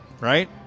Right